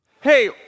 Hey